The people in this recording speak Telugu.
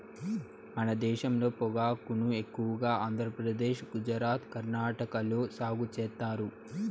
మన దేశంలో పొగాకును ఎక్కువగా ఆంధ్రప్రదేశ్, గుజరాత్, కర్ణాటక లో సాగు చేత్తారు